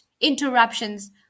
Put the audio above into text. interruptions